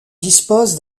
disposent